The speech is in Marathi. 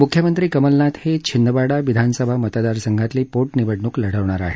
मुख्यमंत्री कमलनाथ हे छिंदवाडा विधानसभा मतदारसंघातली पोटनिवडणूक लढवणार आहेत